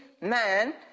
man